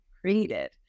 created